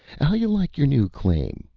how yuh like your new claim.